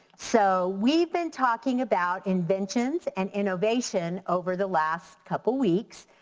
so we've been talking about inventions and innovation over the last couple weeks.